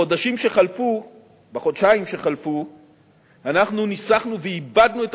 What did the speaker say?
בחודשיים שחלפו אנחנו ניסחנו ועיבדנו את